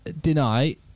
deny